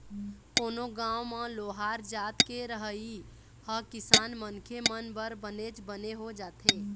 कोनो गाँव म लोहार जात के रहई ह किसान मनखे मन बर बनेच बने हो जाथे